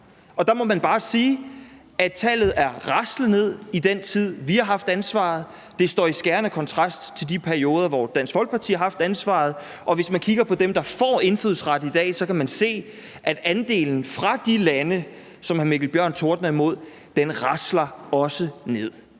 Og der må man bare sige, at tallet er raslet ned, i den tid vi har haft ansvaret. Det står i skærende kontrast til de perioder, hvor Dansk Folkeparti har haft ansvaret. Og hvis man kigger på dem, der får indfødsret i dag, så kan man se, at andelen fra de lande, som hr. Mikkel Bjørn tordner imod, også rasler ned.